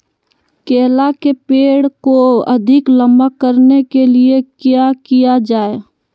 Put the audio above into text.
केला के पेड़ को अधिक लंबा करने के लिए किया किया जाए?